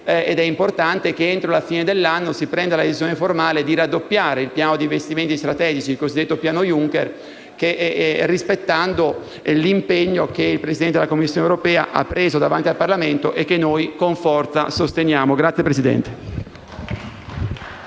è importante che, entro la fine dell'anno, si prenda la decisione formale di raddoppiare il piano di investimenti strategici, il cosiddetto Piano Juncker, rispettando l'impegno che il Presidente della Commissione europea ha preso davanti al Parlamento e che noi con forza sosteniamo. *(Applausi